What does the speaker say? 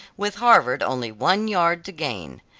with harvard only one yard to gain.